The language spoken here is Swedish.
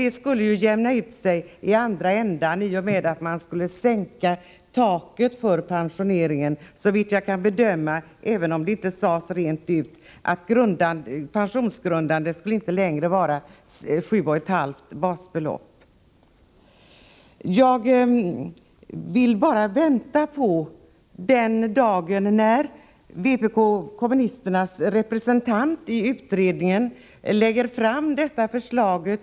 Det skulle förmodligen jämna ut sigi den andra ändan. Även om det inte sades rent ut, skulle såvitt jag kan bedöma taket för pensionsgrundande inkomst inte längre vara 7,5 basbelopp. Jag väntar nu bara på den dag när vänsterpartiet kommunisternas representant i utredningen lägger fram detta förslag.